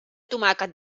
tomàquet